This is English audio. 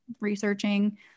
researching